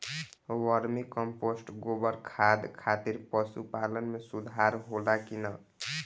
Vermi compost गोबर खाद खातिर पशु पालन में सुधार होला कि न?